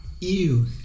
Ew